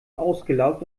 ausgelaugt